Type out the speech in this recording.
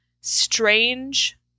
strange